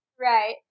Right